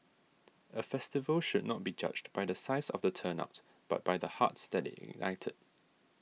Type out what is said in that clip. a festival should not be judged by the size of the turnout but by the hearts that it ignited